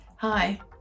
Hi